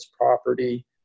property